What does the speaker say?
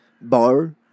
bar